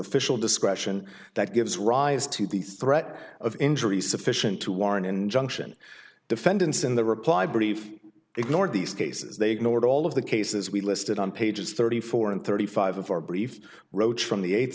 official discretion that gives rise to the threat of injury sufficient to warrant injunction defendants in the reply brief ignored these cases they ignored all of the cases we listed on pages thirty four and thirty five of our brief roache from the eight